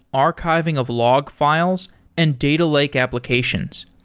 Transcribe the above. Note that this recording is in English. archiving of log files and data lake applications.